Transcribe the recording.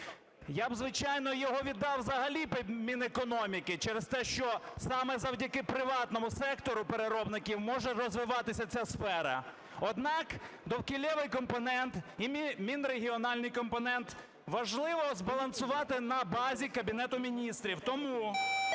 Я б, звичайно, його віддав взагалі Мінекономіки через те, що саме завдяки приватному сектору переробників може розвиватися ця сфера, однак довкіллєвий компонент і мінрегіональний компонент важливо збалансувати на базі Кабінету Міністрів. Тому